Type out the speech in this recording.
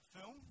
film